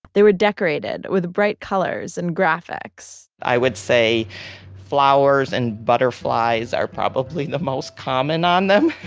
they were decorated with bright colors and graphics. i would say flowers and butterflies are probably the most common on them.